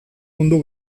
mundu